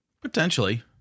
Potentially